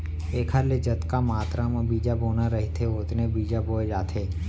एखर ले जतका मातरा म बीजा बोना रहिथे ओतने बीजा बोए जाथे